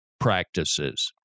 Practices